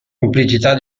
complicità